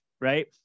right